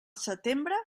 setembre